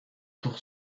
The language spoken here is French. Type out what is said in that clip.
tour